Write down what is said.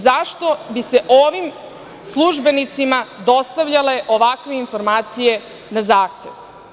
Zašto bi se ovim službenicima dostavljale ovakve informacije na zahtev?